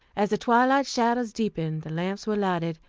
as the twilight shadows deepened the lamps were lighted,